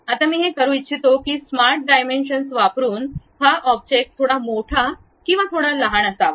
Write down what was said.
आता मी हे करू इच्छितो की स्मार्ट डाइमेंशन वापरून हा ऑब्जेक्ट थोडा मोठा किंवा लहान असावा